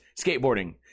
skateboarding